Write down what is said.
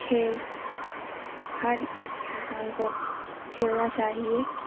کھیل ہر انسان کو کھیلنا چاہیے